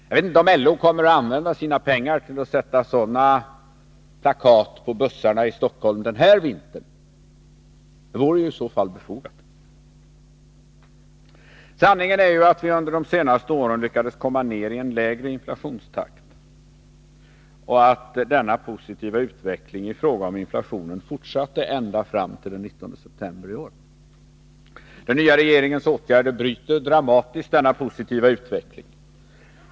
Jag vet inte om LO kommer att använda sina pengar till att sätta upp sådana plakat på bussarna i Stockholm denna vinter. Det vore emellertid befogat. Sanningen är den att vi under de senaste åren lyckades komma ner i en lägre inflationstakt och att den positiva utvecklingen i fråga om inflationen fortsatte ända fram till den 19 september i år. Den nya regeringens åtgärder bryter dramatiskt denna positiva utveckling.